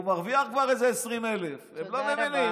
הוא כבר מרוויח איזה 20,000. הם לא מבינים,